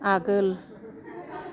आगोल